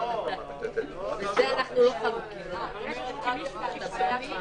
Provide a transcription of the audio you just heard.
בתיאום עם משרד התיירות,